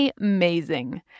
Amazing